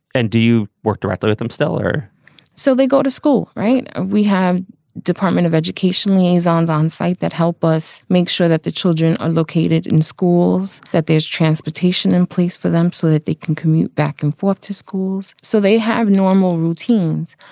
and do you work directly with them, stella? so they go to school, right? we have department of education liaisons on site that help us make sure that the children are located in schools, that there's transportation in place for them so that they can commute back and forth to schools. so they have normal routines.